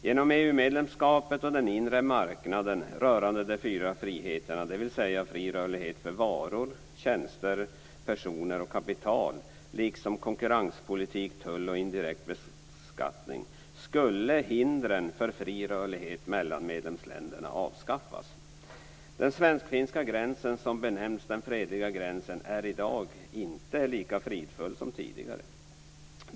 Genom EU Den svensk-finska gränsen, som benämns "den fredliga gränsen", är i dag inte lika fridfull som tidigare.